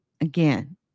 again